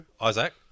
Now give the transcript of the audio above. Isaac